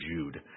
Jude